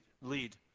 lead